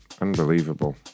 Unbelievable